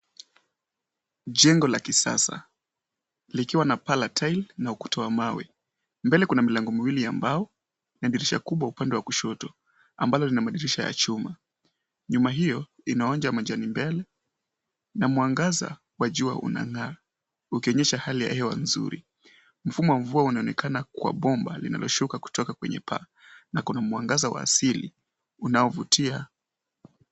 Jengo la kisasa likiwa na paa la tile na ukuta wa mawe. Mbele kuna milango miwili ya mbao na dirisha kubwa upande wa kushoto ambalo lina madirisha ya chuma. Nyumba hiyo ina uwanja majani mbele na mwangaza wa jua unangaa ukionesha hali ya hewa nzuri. Mfumo wa mvua unaonekana kwa bomba linaloshuka kutoka kwenye paa na kuna mwangaza wa asili unaovutia.